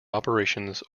operations